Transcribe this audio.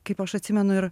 kaip aš atsimenu ir